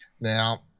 Now